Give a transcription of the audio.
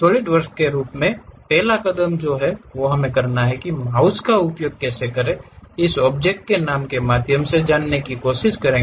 SolidWorks के रूप में पहला कदम जो हमें करना है वह है माउस का उपयोग करके इस ऑब्जेक्ट नाम के माध्यम से जाने की कोशिश करना